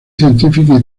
científica